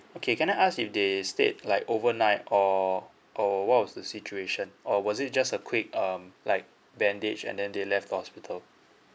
okay can I ask if they stayed like overnight or or what was the situation or was it just a quick um like bandage and then they left the hospital